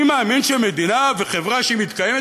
אני מאמין שמדינה וחברה שמתקיימת,